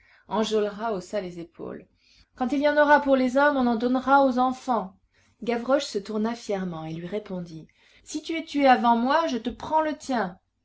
enjolras haussa les épaules quand il y en aura pour les hommes on en donnera aux enfants gavroche se tourna fièrement et lui répondit si tu es tué avant moi je te prends le tien